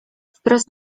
wprost